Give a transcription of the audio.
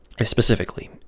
specifically